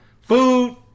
Food